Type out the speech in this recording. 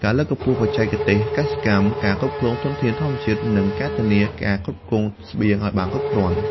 ការលើកកម្ពស់បច្ចេកទេសកសិកម្ម ការគ្រប់គ្រងធនធានធម្មជាតិ និងធានាការផ្គត់ផ្គង់ស្បៀងឲ្យបានគ្រប់គ្រាន់។